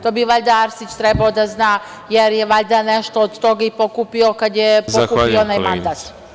To bi valjda Arsić trebao da zna, jer je nešto od toga pokupio kada je pokupio onaj mandat.